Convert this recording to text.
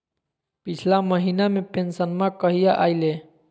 पिछला महीना के पेंसनमा कहिया आइले?